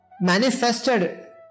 manifested